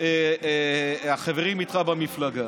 החברים איתך במפלגה.